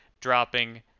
dropping